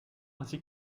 ainsi